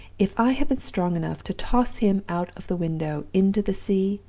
if i had been strong enough to toss him out of the window into the sea,